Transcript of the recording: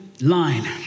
line